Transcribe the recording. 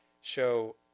show